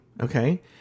okay